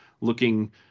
looking